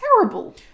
terrible